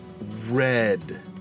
red